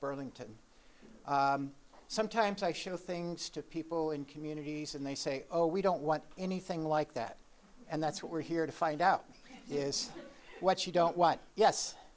burlington sometimes i show things to people in communities and they say oh we don't want anything like that and that's what we're here to find out is what you don't what yes